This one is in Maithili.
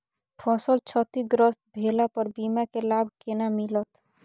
फसल क्षतिग्रस्त भेला पर बीमा के लाभ केना मिलत?